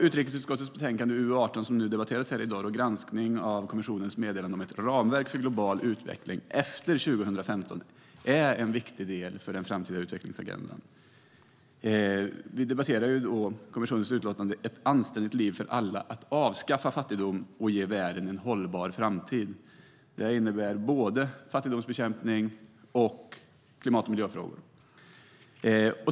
Utrikesutskottets utlåtande UU18, som debatteras här i dag, Granskning av kommissionens meddelande om ett ramverk för global utveckling efter 2015 , är viktigt för den framtida utvecklingsagendan. Vi debatterar kommissionens meddelande Ett anständigt liv för alla: Att avskaffa fattigdom och ge världen en hållbar framtid . Det här innebär både fattigdomsbekämpning och klimat och miljöfrågor.